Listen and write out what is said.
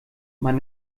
man